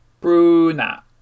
Bruna